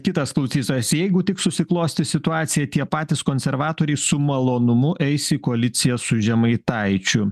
kitas klausytojas jeigu tik susiklostys situacija tie patys konservatoriai su malonumu eis į koaliciją su žemaitaičiu